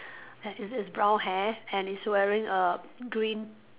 ha~ is is brown hair and is wearing a green